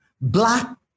black